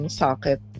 socket